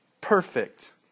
perfect